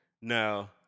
Now